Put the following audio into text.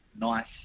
nice